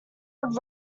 would